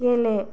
गेले